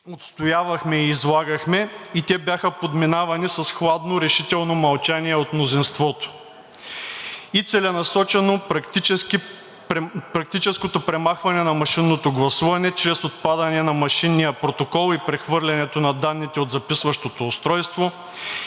отстоявахме и излагахме и те бяха подминавани с хладно решително мълчание от мнозинството и целенасоченото практическо премахване на машинното гласуване чрез отпадане на машинния протокол и прехвърлянето на данните от записващото устройство